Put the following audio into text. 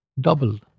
Double